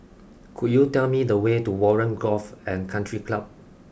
could you tell me the way to Warren Golf and Country Club